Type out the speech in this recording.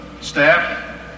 staff